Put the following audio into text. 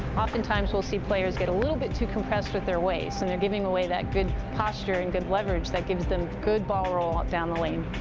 oftentimes we'll see players get a little bit too compressed with their waist and they're giving away that good posture and good leverage that gives them good ball roll down the lane.